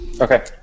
Okay